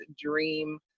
dream